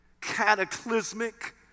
cataclysmic